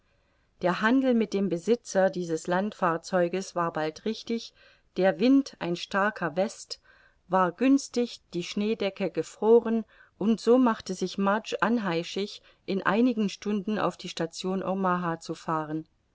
der handel mit dem besitzer dieses landfahrzeuges war bald richtig der wind ein starker west war günstig die schneedecke gefroren und so machte sich mudge anheischig in einigen stunden auf die station omaha zu fahren